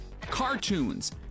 cartoons